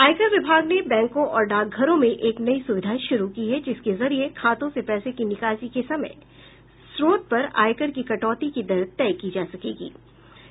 आयकर विभाग ने बैंकों और डाकघरों में एक नयी सुविधा शुरू की है जिसके जरिए खातों से पैसे की निकासी के समय स्रोत पर आयकर की कटौती की दर तय की जा सकती है